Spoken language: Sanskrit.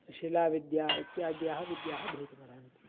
शिलाविद्या इत्याद्यः विद्याः भवितुम् अर्हन्ति